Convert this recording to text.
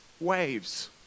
waves